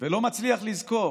ולא מצליח לזכור